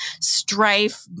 strife